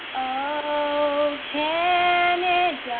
o canada